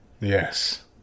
Yes